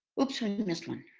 oops, we missed one.